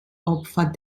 opfer